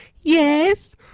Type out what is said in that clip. Yes